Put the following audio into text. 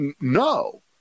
No